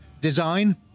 design